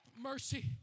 Mercy